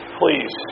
please